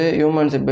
humans